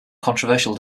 controversial